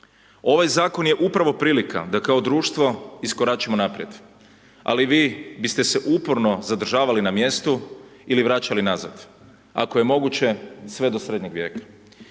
Ovaj zakon je upravo prilika da kao društvo iskoračimo naprijed, ali vi biste se uporno zadržavali na mjestu ili vraćali nazad ako je moguće sve do srednjeg vijeka.